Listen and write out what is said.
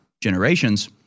generations